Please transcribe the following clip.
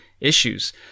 issues